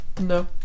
no